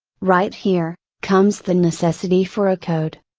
right here, comes the necessity for a code.